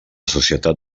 societat